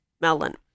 melon